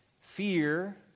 fear